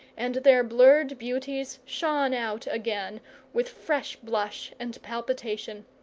and their blurred beauties shone out again with fresh blush and palpitation.